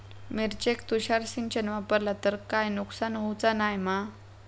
मिरचेक तुषार सिंचन वापरला तर काय नुकसान होऊचा नाय मा?